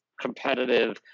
competitive